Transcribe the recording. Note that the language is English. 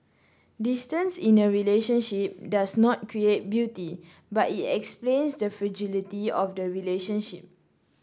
distance in a relationship does not create beauty but it explains the fragility of the relationship